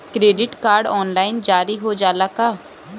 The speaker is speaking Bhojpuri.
क्रेडिट कार्ड ऑनलाइन जारी हो जाला का?